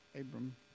Abram